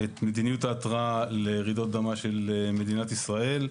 את מדיניות ההתרעה לרעידות אדמה של מדינת ישראל.